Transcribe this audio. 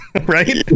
right